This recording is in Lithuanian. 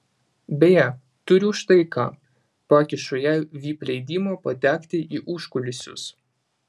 beje turiu štai ką pakišu jai vip leidimą patekti į užkulisius